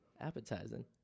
appetizing